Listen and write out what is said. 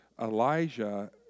Elijah